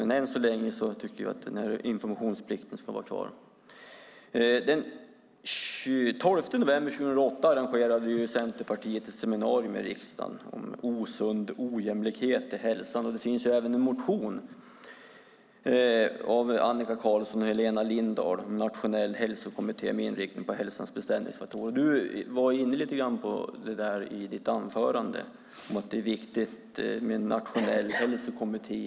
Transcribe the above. Men än så länge tycker vi att den ska vara kvar. Den 12 november 2008 arrangerade Centerpartiet ett seminarium i riksdagen om osund ojämlikhet i hälsan. Det finns även en motion av Annika Qarlsson och Helena Lindahl om en nationell hälsokommitté med inriktning på hälsans sociala bestämningsfaktorer. Du var i ditt anförande lite grann inne på att det är viktigt med en nationell hälsokommitté.